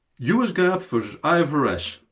us gaap versus ifrs.